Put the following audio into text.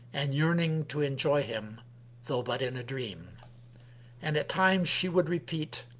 and yearning to enjoy him though but in a dream and at times she would repeat,